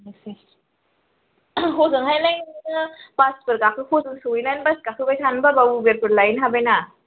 अ हजोंहायलाय नोङो बासफोर गाखो सहैनानै बास गाखोबाय थानो बाब्ला उबेरफोर लाहैनो हाबाय ना